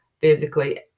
physically